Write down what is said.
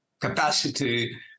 capacity